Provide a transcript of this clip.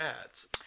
ads